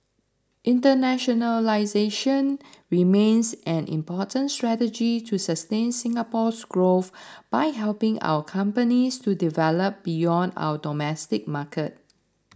internationalisation remains an important strategy to sustain Singapore's growth by helping our companies to develop beyond our domestic market